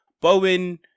Bowen